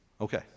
Okay